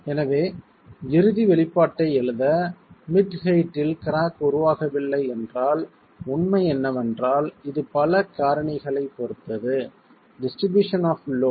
எனவே இறுதி வெளிப்பாட்டை எழுத மிட் ஹெயிட்டில் கிராக் உருவாகவில்லை என்றால் உண்மை என்னவென்றால் இது பல காரணிகளைப் பொறுத்தது டிஸ்ட்ரிபியூஷன் ஆப் லோட்